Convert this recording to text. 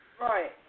Right